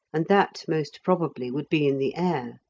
and that most probably would be in the air.